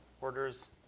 orders